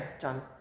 John